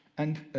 and